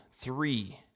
three